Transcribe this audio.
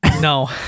No